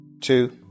two